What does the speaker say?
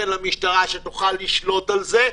קודם לכן למשטרה, שתוכל לשלוט על זה.